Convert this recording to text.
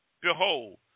Behold